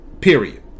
Period